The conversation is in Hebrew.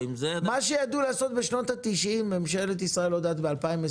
מה שידעו לעשות בשנות התשעים ממשלת ישראל לא יודעת לעשות ב-2020?